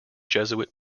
jesuit